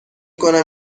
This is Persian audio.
کنم